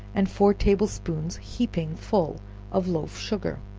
and four table-spoons heaping full of loaf sugar,